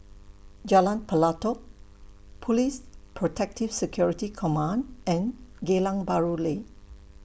Jalan Pelatok Police Protective Security Command and Geylang Bahru Lane